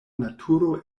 naturo